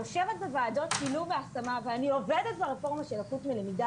למה אי אפשר שהמערכת תעזור לילדים שהמשפחות שלהם לא מסוגלות?